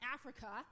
Africa